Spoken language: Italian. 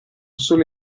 solo